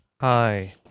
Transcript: hi